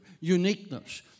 uniqueness